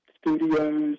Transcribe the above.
studios